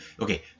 okay